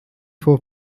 for